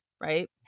right